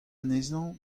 anezhañ